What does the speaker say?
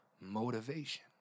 Motivation